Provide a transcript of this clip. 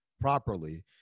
properly